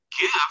gift